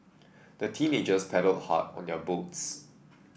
the teenagers paddled hard on their boats